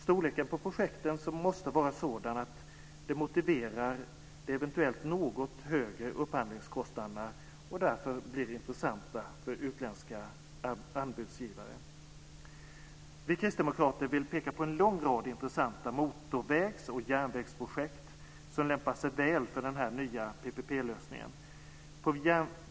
Storleken på projekten måste vara sådan att det motiverar de eventuellt något högre upphandlingskostnaderna och att det därför blir intressant för utländska anbudsgivare. Vi kristdemokrater vill peka på en lång rad intressanta motorvägs och järnvägsprojekt som lämpar sig väl för den nya PPP-lösningen.